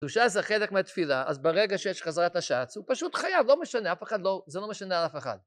וש"ץ זה חלק מהתפילה, אז ברגע שיש חזרת הש"ץ, זה פשוט חייב, לא משנה, זה לא משנה על אף אחד.